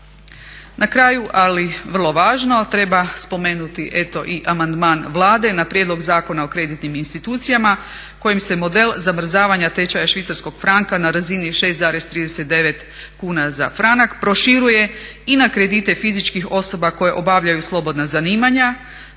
Na kraju, ali vrlo važno treba spomenuti eto i amandman Vlade na prijedlog Zakona o kreditnim institucijama kojim se model zamrzavanja tečaja švicarskog franka na razini 6,39 kuna za franak proširuje i na kredite fizičkih osoba koji obavljaju slobodna zanimanja,